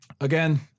again